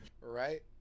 Right